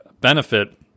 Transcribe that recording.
benefit